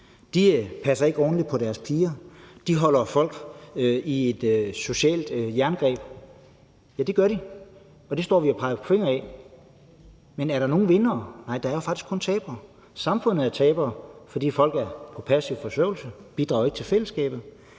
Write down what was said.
de passer ikke ordentligt på deres piger, de holder folk i et socialt jerngreb. Ja, det gør de, og det står vi og peger fingre af. Men er der nogen vindere? Nej, der er faktisk kun tabere. Samfundet er taber, fordi folk er på passiv forsørgelse og ikke bidrager til fællesskabet.